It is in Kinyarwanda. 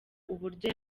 uburyo